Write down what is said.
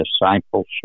discipleship